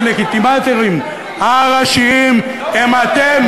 הדה-לגיטימטורים הראשיים הם אתם,